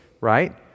right